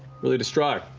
really distraught.